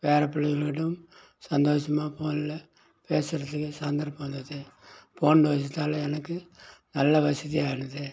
பேரப்பிள்ளைங்கலோடும் சந்தோஷமாக போனில் பேசுறதுக்கு சந்தர்ப்பம் இருந்துச்சு போன் பேசுறதால் எனக்கு நல்ல வசதியாக ஆயிடுது